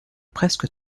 presque